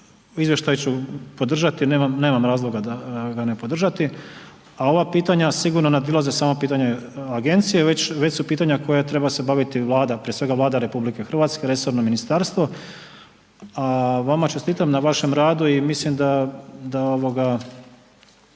izvještaj ću podržati, nemam razloga ne podržati ga, a ova pitanja sigurno nadilaze samo pitanje agencije već su pitanja kojima se treba baviti Vlada RH, resorno ministarstvo. A vama čestitam na vašem radu i mislim da